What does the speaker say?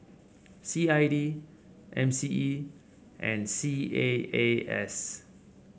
C I D M C E and C A A S